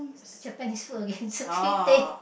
Japanese food again Sushi Tei